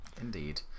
Indeed